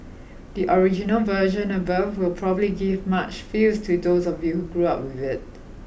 the original version above will probably give much feels to those of you who grow up with it